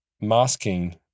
masking